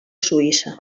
suïssa